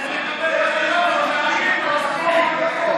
לך תקבל משכורת מהרשות הפלסטינית.